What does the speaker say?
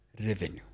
Revenue